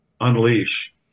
unleash